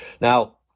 Now